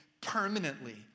permanently